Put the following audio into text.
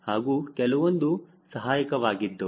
ಹಾಗೂ ಕೆಲವೊಂದು ಸಹಾಯಕವಾಗಿದ್ದವು